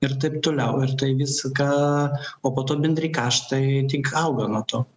ir taip toliau ir tai viską o po to bendri kaštai tik auga nuo to